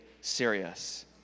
serious